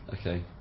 Okay